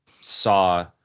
saw